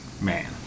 man